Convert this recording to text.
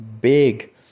big